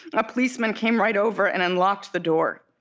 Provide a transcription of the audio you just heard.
a policeman came right over and unlocked the door.